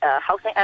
housing